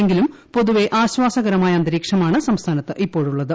എങ്കിലും പൊതുവെ ആശ്വാസകരമായ അന്തരീക്ഷമാണ് സംസ്ഥാനത്ത് ഇപ്പോഴുള്ളത്